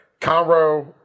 Conroe